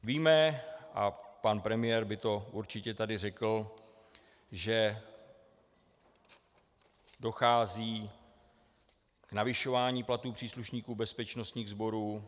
Víme, a pan premiér by to určitě tady řekl, že dochází k navyšování platů příslušníků bezpečnostních sborů.